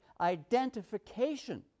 identification